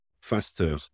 faster